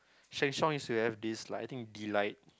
Sheng-Shiong used to this like I think delight